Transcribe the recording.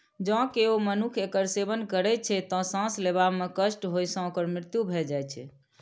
जौं केओ मनुक्ख एकर सेवन करै छै, तं सांस लेबा मे कष्ट होइ सं ओकर मृत्यु भए जाइ छै